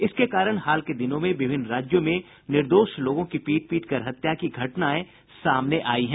इसके कारण हाल के दिनों में विभिन्न राज्यों में निर्दोष लोगों की पीट पीट कर हत्या की घटनाएं सामने आयी हैं